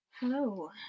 hello